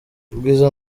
ubwiza